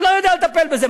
הוא לא יודע לטפל בזה,